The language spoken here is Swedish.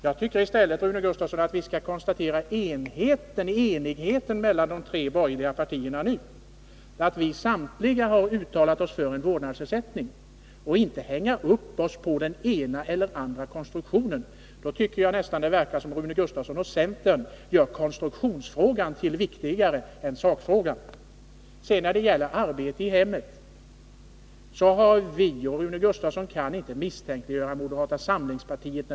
Jag tycker, Rune Gustavsson, att vi i stället skall konstatera enigheten mellan de tre borgerliga partierna, att vi samtliga har uttalat oss för en vårdnadsersättning, och inte hänga upp oss på den ena eller andra konstruktionen. Det verkar nästan som om Rune Gustavsson och centern gör konstruktionsfrågan till någonting viktigare än sakfrågan. När det sedan gäller arbete i hemmet kan inte Rune Gustavsson misstänka moderata samlingspartiet.